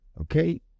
Okay